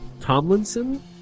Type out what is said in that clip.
Tomlinson